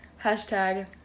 Hashtag